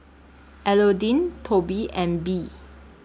Elodie Tobe and Bea